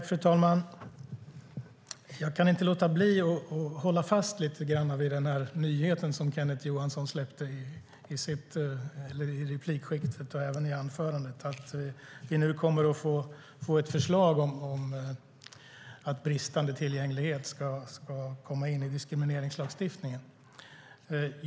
Fru talman! Jag kan inte låta bli att hålla fast lite grann vid den nyhet som Kenneth Johansson släppte i replikskiftet och även i anförandet, att vi nu kommer att få ett förslag om att bristande tillgänglighet ska komma in i diskrimineringslagstiftningen.